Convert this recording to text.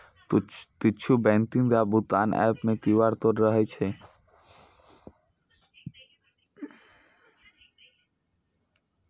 किछु बैंकिंग आ भुगतान एप मे क्यू.आर कोड रहै छै